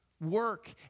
work